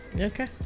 Okay